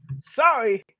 sorry